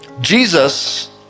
Jesus